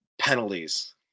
penalties